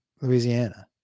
Louisiana